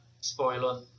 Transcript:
spoiler